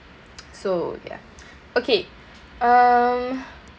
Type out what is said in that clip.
so ya okay um